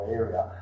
area